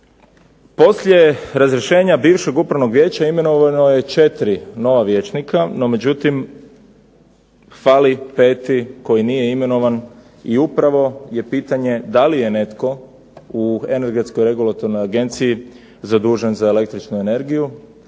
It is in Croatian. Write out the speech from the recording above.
Poslije razrješenja bivšeg upravnog vijeća imenovano je 4 nova vijećnika, no međutim fali 5. koji nije imenovan i upravo je pitanje, da li je netko u Energetskog regulatornoj agenciji zadužen za električnu energiju